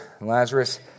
Lazarus